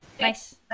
nice